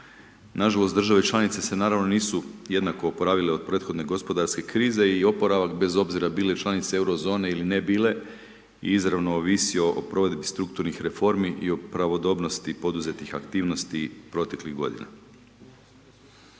Na žalost države članice se naravno nisu jednako oporavile od prethodne gospodarske krize i oporavak, bez obzira bile članice euro zone ili ne bile izravno ovisio o provedbi strukturnih reformi i o pravodobnosti poduzetih aktivnosti proteklih godina.